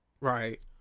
right